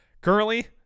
Currently